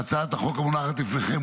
בהצעת החוק המונחת לפניכם,